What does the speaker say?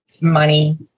money